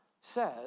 says